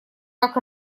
как